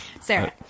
Sarah